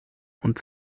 und